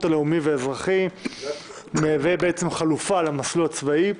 הלאומי והאזרחי המהווה בעצם חלופה למסלול הצבאי,